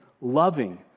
loving